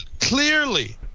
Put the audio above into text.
clearly